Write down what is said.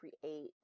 create